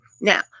now